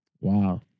wow